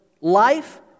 life